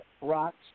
rocks